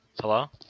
Hello